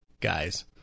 guys